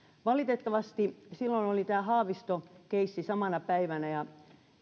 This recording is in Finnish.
valitettavasti silloin oli tämä haavisto keissi samana päivänä ja